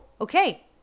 okay